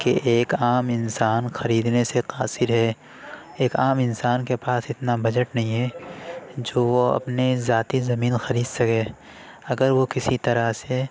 کہ ایک عام انسان خریدنے سے قاصر ہے ایک عام انسان کے پاس اتنا بجٹ نہیں ہے جو وہ اپنے ذاتی زمین خرید سکے اگر وہ کسی طرح سے